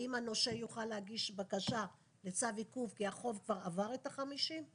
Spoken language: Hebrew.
האם הנושה יוכל להגיש בקשה לצו עיכוב כי החוב כבר עבר את ה-50?